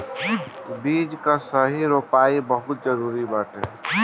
बीज कअ सही रोपाई बहुते जरुरी बाटे